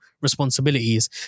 responsibilities